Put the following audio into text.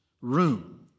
room